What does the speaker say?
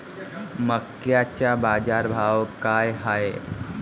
मक्याचा बाजारभाव काय हाय?